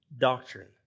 doctrine